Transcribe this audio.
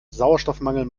sauerstoffmangel